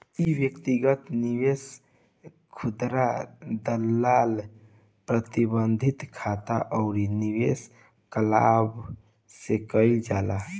इ व्यक्तिगत निवेश, खुदरा दलाल, प्रतिबंधित खाता अउरी निवेश क्लब से कईल जाला